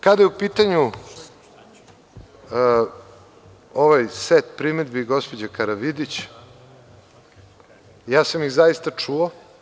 Kada je u pitanju ovaj set primedbi gospođe Karavidić, ja sam ih zaista čuo.